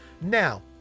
Now